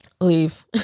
Leave